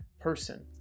person